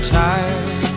tired